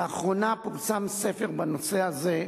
לאחרונה פורסם ספר בנושא הזה,